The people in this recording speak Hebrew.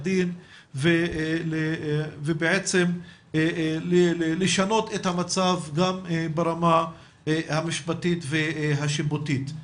דין ובעצם לשנות את המצב גם ברמה המשפטית והשיפוטית.